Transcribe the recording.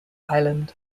island